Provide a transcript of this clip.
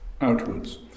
outwards